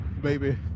baby